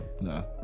no